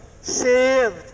saved